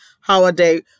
holiday